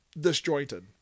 disjointed